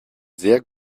sehr